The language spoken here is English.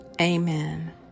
Amen